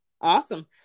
Awesome